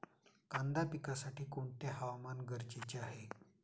कांदा पिकासाठी कोणते हवामान गरजेचे आहे?